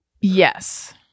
Yes